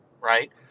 right